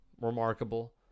remarkable